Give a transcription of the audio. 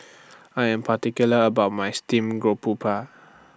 I Am particular about My Steamed Garoupa